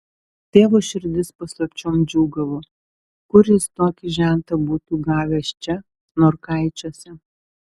tėvo širdis paslapčiom džiūgavo kur jis tokį žentą būtų gavęs čia norkaičiuose